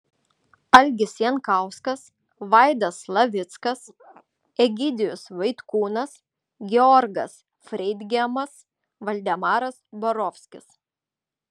algis jankauskas vaidas slavickas egidijus vaitkūnas georgas freidgeimas valdemaras borovskis